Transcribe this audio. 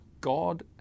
God